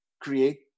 create